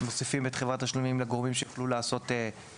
מוסיפים את חברת התשלומים לגורמי שיוכלו לעסוק